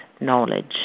knowledge